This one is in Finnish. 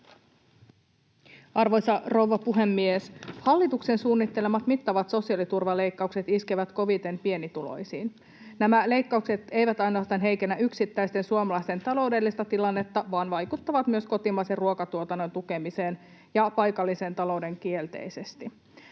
Arvoisa rouva puhemies! Hallituksen suunnittelemat mittavat sosiaaliturvaleikkaukset iskevät koviten pienituloisiin. Nämä leikkaukset eivät ainoastaan heikennä yksittäisten suomalaisten taloudellista tilannetta, vaan vaikuttavat myös kotimaisen ruokatuotannon tukemiseen ja paikalliseen talouteen kielteisesti.